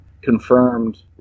confirmed